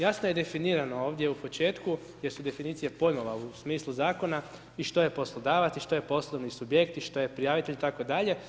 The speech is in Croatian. Jasno je definirano ovdje u početku, gdje su definicije pojmova u smislu Zakona i što je poslodavac i što je poslovni subjekt i što je prijavitelj itd.